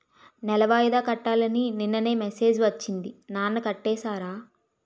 నెల వాయిదా కట్టాలని నిన్ననే మెసేజ్ ఒచ్చింది నాన్న కట్టేసారా?